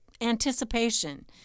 anticipation